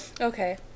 Okay